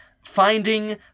Finding